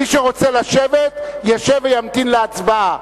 מי שרוצה לשבת, ישב וימתין להצבעה,